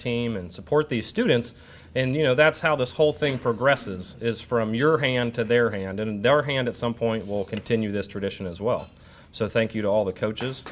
team and support these students and you know that's how this whole thing progresses is from your hand to their hand and their hand at some point will continue this tradition as well so thank you to all the coaches